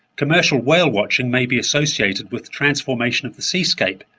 commercial whale watching may be associated with transformation of the seascapes,